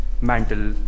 mantle